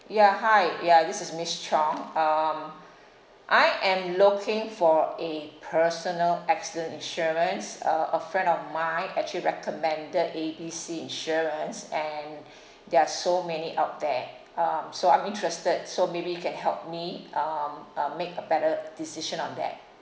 ya hi ya this is miss chong um I am looking for a personal accident insurance uh a friend of mine actually recommended A B C insurance and there are so many out there um so I'm interested so maybe you can help me um uh make a better decision on that